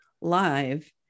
live